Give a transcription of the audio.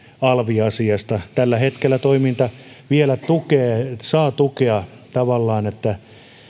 alvi asiasta tällä hetkellä toiminta vielä saa tukea tavallaan niin että